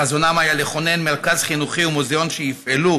חזונם היה לכונן מרכז חינוכי ומוזיאון שיפעלו